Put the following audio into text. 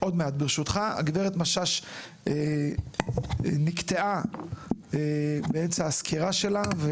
הגברת משש נקטעה באמצע הסקירה שלה.